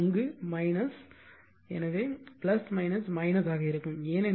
எனவே அது என்று சொன்னேன் ஆக இருக்கும்